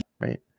right